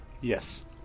Yes